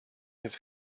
have